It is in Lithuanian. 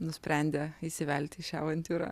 nusprendė įsivelti į šią avantiūrą